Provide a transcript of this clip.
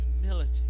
humility